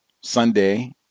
Sunday